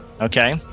Okay